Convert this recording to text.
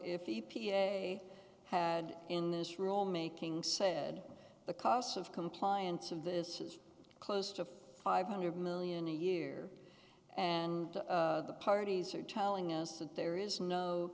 a had in this rulemaking said the cost of compliance of this is close to five hundred million a year and the parties are telling us that there is no